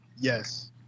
yes